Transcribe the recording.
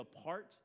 apart